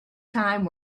time